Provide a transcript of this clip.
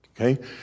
Okay